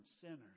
sinners